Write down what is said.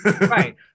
right